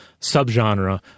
subgenre